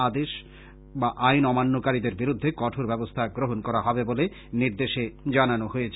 আদেশ বা আইন অমান্যকারীদের বিরুদ্ধে কঠোর ব্যবস্থা গ্রহন করা হবে বলে নির্দেশে আর ও জানানো হয়েছে